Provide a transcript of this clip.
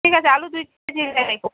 ঠিক আছে আলু দুই কেজি রেখো